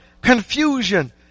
confusion